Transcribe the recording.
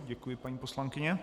Děkuji, paní poslankyně.